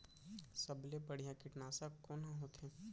सबले बढ़िया कीटनाशक कोन ह होथे?